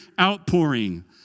outpouring